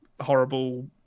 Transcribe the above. horrible